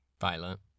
Violent